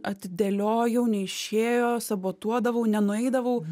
atidėliojau neišėjo sabotuodavau nenueidavau